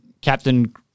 Captain